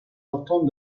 datant